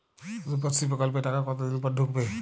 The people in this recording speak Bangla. রুপশ্রী প্রকল্পের টাকা কতদিন পর ঢুকবে?